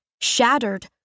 shattered